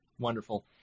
Wonderful